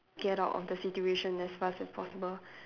get out of the situation as fast as possible